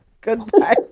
Goodbye